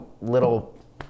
little